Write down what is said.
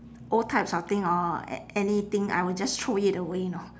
old types of thing or anything I will just throw it away know